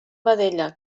vedella